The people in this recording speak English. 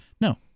No